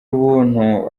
ubuntu